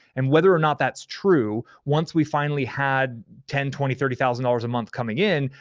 and whether or not that's true, once we finally had ten, twenty, thirty thousand dollars a month coming in,